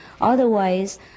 Otherwise